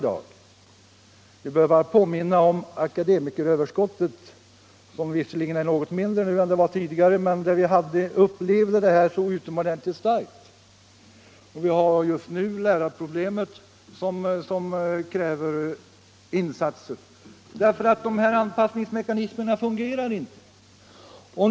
Jag behöver bara påminna om akademikeröverskottet, låt vara att det är något mindre nu än tidigare. I det sammanhanget upplevde vi denna bristande anpassning utomordentligt starkt. Vi har just nu lärarproblemet som kräver insatser, därför att anpassningsmekanismerna inte fungerar.